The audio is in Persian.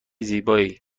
زیبایی